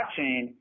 blockchain